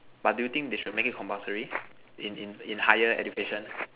but do you think they should make it compulsory in in in higher education